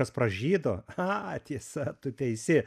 kas pražydo a tiesa tu teisi